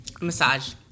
Massage